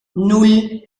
nan